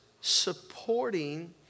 supporting